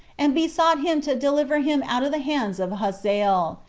and besought him to deliver him out of the hands of hazael,